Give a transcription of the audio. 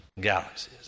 galaxies